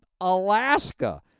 Alaska